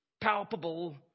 Palpable